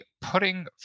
putting